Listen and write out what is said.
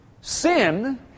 Sin